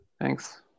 Thanks